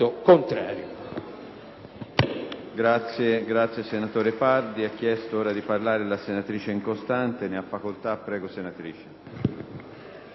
contrario.